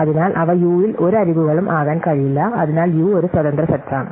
അതിനാൽ അവ യുയിൽ ഒരു അരികുകളും ആകാൻ കഴിയില്ല അതിനാൽ യു ഒരു സ്വാതന്ത്ര്യ സെറ്റാണ്